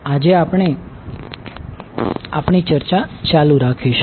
આજે આપણે આપણી ચર્ચા ચાલુ રાખીશું